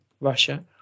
Russia